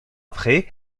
après